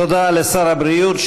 תודה לשר הבריאות.